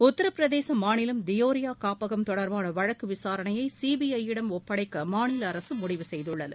உத்தரப்பிரதேசம் மாநிலம் தியோரியா காப்பகம் தொடர்பான வழக்கு விசாரணையை சிபிஐ யிடம் ஒப்படைக்க மாநில அரசு முடிவு செய்துள்ளது